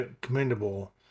commendable